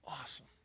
Awesome